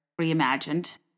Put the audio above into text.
reimagined